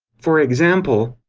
for example,